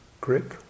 grip